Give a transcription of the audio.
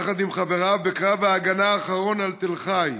יחד עם חבריו בקרב ההגנה האחרון על תל חי.